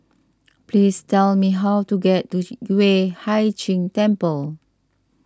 please tell me how to get to Yueh Hai Ching Temple